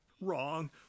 Wrong